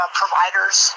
providers